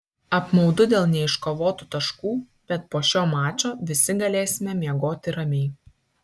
apmaudu dėl neiškovotų taškų bet po šio mačo visi galėsime miegoti ramiai